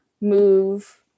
move